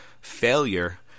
Failure